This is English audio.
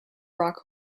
rock